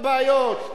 מספר אחד,